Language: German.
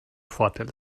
vorteil